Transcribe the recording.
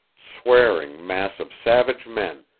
swearing mass of savage men,